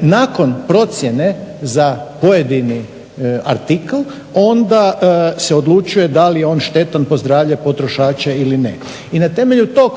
Nakon procjene za pojedini artikl onda se odlučuje da li je on štetan po zdravlje potrošača ili ne. I na temelju tog